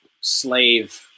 slave